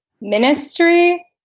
ministry